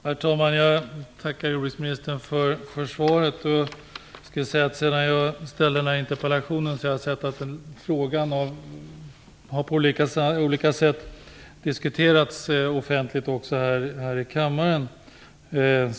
Herr talman! Jag tackar jordbruksministern för svaret. Sedan jag ställde interpellationen har frågan på olika sätt diskuterats offentligt och även här i kammaren.